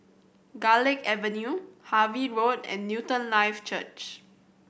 Garlick Avenue Harvey Road and Newton Life Church